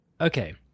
Okay